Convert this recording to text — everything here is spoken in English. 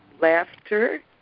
laughter